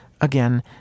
again